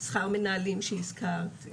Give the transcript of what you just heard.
שכר מנהלים שהזכרת,